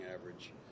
average